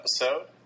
episode